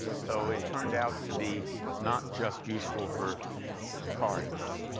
so it turned out to be not just useful for cards.